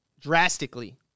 drastically